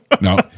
no